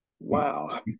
Wow